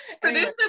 Producer